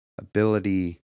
ability